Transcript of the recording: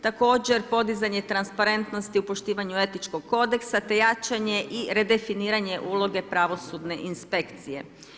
Također podizanje transparentnosti u poštivanju etičkog kodeksa te jačanje i redefiniranje uloge pravosudne inspekcije.